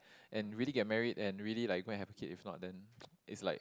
and really get married and really like go and have kid if not then it's like